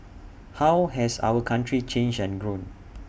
how has our country changed and grown